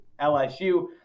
LSU